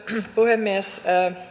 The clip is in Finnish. puhemies